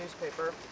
newspaper